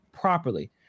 properly